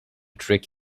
trick